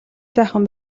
сайхан